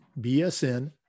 BSN